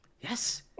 yes